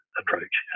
approach